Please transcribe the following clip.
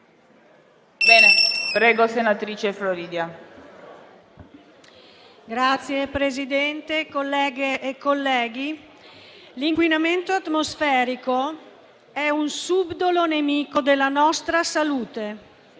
Signor Presidente, colleghe e colleghi, l'inquinamento atmosferico è un subdolo nemico della nostra salute.